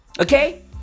Okay